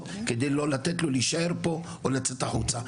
כדי לא לתת לו להישאר פה או לצאת החוצה,